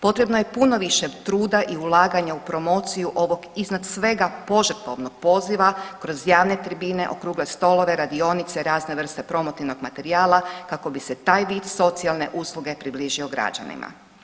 Potrebno je puno više truda i ulaganja u promociju ovog, iznad svega, požrtvovnog poziva kroz javne tribine, okrugle stolove, radionice, razne vrste promotivnog materijala, kako bi se taj vid socijalne usluge približio građanima.